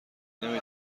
نمی